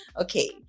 Okay